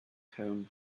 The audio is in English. home